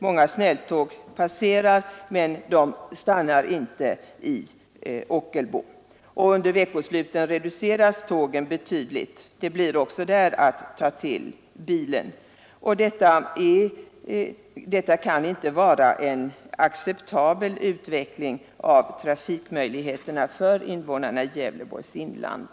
Många snälltåg passerar — men de stannar inte i Ockelbo. Under veckosluten reduceras tågen betydligt. Också i det fallet får människor ta till bilen. Det här kan inte vara en acceptabel utveckling av trafikförbindelserna för invånarna i Gävleborgs inland.